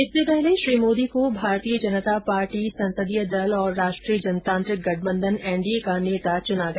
इससे पहले श्री मोदी को भारतीय जनता पार्टी संसदीय दल और राष्ट्रीय जनतांत्रिक गठबंधन एन डी ए का नेता चुना गया